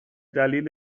دلیل